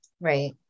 Right